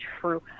true